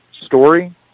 story